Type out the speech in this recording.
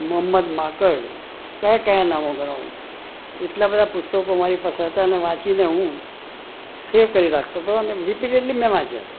મોહમ્મદ માંકડ કયા કયા નામો ગણાવું એટલા બધાં પુસ્તકો મારી પાસે હતાં ને વાંચી ને હું સેવ કરી રાખતો હતો અને રીપીટેડલી મેં વાંચ્યા છે